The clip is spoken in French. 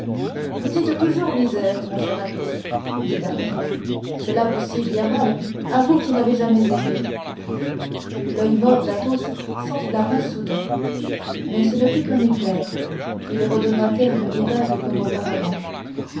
vous dites toujours misères mon cher athos dit d'artagnan cela vous sied bien mal à vous qui n'avez jamais aimé l'oeil mort d'athos s'enflamma soudain mais ce ne fut qu'un éclair il redevint terne et vague comme auparavant